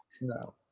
No